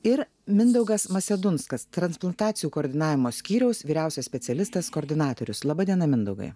ir mindaugas masedunskas transplantacijų koordinavimo skyriaus vyriausias specialistas koordinatorius laba diena mindaugai